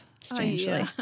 strangely